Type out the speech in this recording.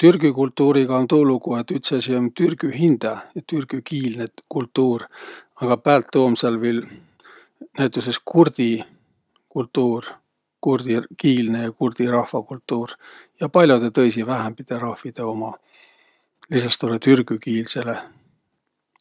Türgü kultuuriga um tuu lugu, et üts asi um türgü hindä ja türgükiilne kultuur. Aga päält tuu um sääl viil näütüses kurdi kultuur – kurdikiilne ja kurdi rahva kultuur ja pall'odõ tõisi vähämbide rahvidõ uma, lisas toolõ türgükiilsele.